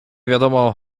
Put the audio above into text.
wiadomo